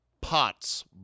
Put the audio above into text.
pots